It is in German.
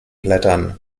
blättern